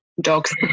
dogs